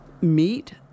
meet